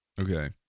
Okay